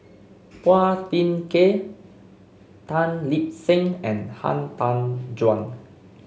Phua Thin Kiay Tan Lip Seng and Han Tan Juan